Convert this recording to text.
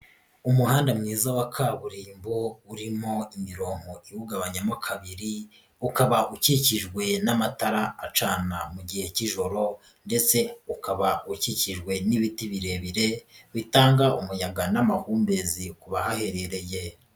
Umuhanda mwiza wa kaburimbo urimo imirongo iwugabanyamo kabiri ukaba ukikijwe n'amatara acana mu gihe k'ijoro ndetse ukaba ukikijwe n'ibiti birebire bitanga umuyaga n'amahumbezi ku bahaherereye.